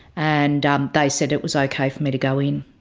and they said it was okay for me to go in.